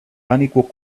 unequal